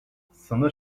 sınır